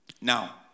Now